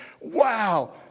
wow